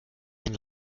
ein